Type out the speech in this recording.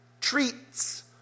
treats